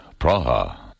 Praha